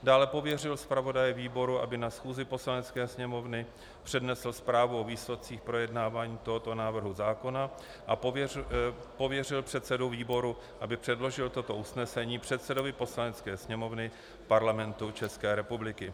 Dále pověřil zpravodaje výboru, aby na schůzi Poslanecké sněmovny přednesl zprávu o výsledcích projednávání tohoto návrhu zákona, a pověřil předsedu výboru, aby předložil toto usnesení předsedovi Poslanecké sněmovny Parlamentu České republiky.